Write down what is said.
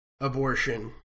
abortion